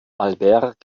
albert